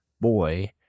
boy